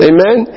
Amen